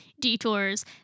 Detours